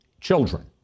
Children